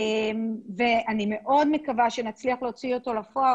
אני מאוד מקווה שנצליח להוציא אותו לפועל,